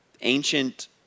ancient